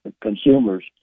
consumers